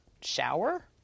shower